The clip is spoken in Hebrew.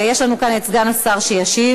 ויש לנו כאן את סגן השר שישיב,